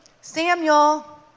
Samuel